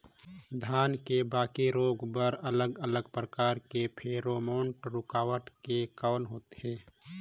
धान के बाकी रोग बर अलग अलग प्रकार के फेरोमोन रूकावट के कौन होथे?